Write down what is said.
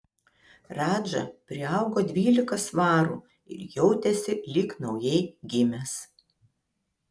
radža priaugo dvylika svarų ir jautėsi lyg naujai gimęs